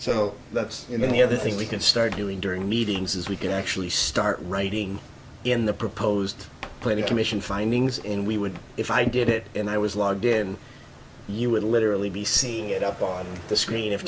so that's in the other thing we can start doing during meetings as we can actually start writing in the proposed planning commission findings and we would if i did it and i was logged in you would literally be seeing it up on the screen if